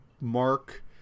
mark